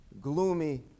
gloomy